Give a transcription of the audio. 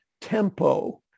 tempo